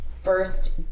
first